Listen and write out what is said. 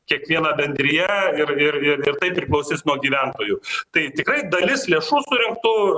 kiekviena bendrija ir ir ir ir tai priklausys nuo gyventojų tai tikrai dalis lėšų surinktų